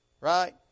right